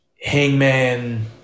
Hangman